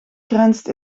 grenst